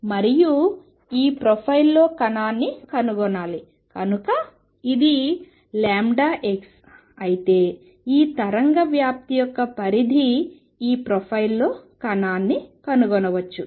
మరియు ఈ ప్రొఫైల్లో కణాన్ని కనుగొనాలి కనుక ఇది x అయితే ఈ తరంగ వ్యాప్తి ఆమ్ప్లిట్యూడ్ యొక్క పరిధి ఈ ప్రొఫైల్లో కణాన్ని కనుగొనవచ్చు